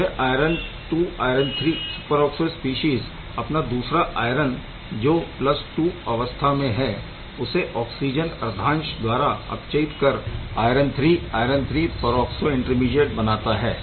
यह iron II iron III superoxo species अपना दूसरा आयरन जो II अवस्था में है उसे ऑक्सिजन अर्धांश द्वारा अपचयित कर iron III iron III peroxo intermediate बनाता है